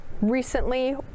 recently